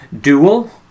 Dual